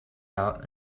out